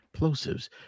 plosives